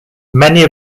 many